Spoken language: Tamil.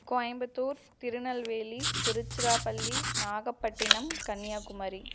கோயம்பத்தூர் திருநெல்வேலி திருச்சிராப்பள்ளி நாகப்பட்டினம் கன்னியாகுமரி